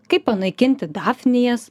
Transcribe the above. kaip panaikinti dafnijas